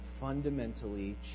fundamentally